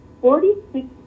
Forty-six